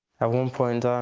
at one point, um